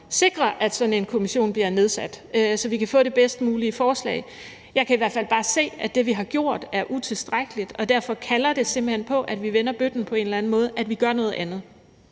sikre, at sådan en kommission bliver nedsat, så vi kan få det bedst mulige forslag. Jeg kan i hvert fald bare se, at det, vi har gjort, er utilstrækkeligt, og derfor kalder det simpelt hen på, at vi vender bøtten på en eller anden måde, og at vi gør noget andet.